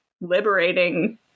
liberating